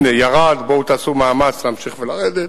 הנה, ירד, בואו תעשו מאמץ להמשיך ולהוריד,